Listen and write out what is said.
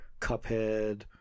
cuphead